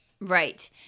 Right